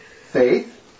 Faith